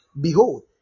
Behold